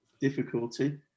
difficulty